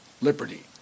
liberty